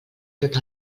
tot